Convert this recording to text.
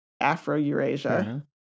Afro-Eurasia